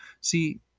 See